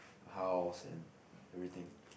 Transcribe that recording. a house and everything